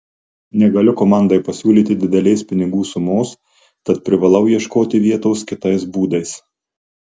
negaliu komandai pasiūlyti didelės pinigų sumos tad privalau ieškoti vietos kitais būdais